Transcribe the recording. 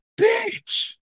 bitch